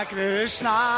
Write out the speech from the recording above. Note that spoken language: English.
Krishna